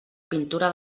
pintura